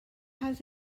has